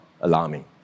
alarming